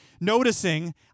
noticing